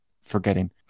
forgetting